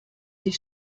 sich